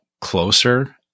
closer